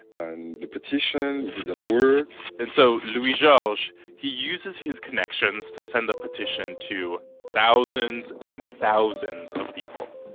and the petition didn't work and so louis-georges, he uses his connections to send the petition to thousands and thousands of people.